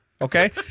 okay